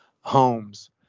homes